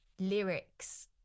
lyrics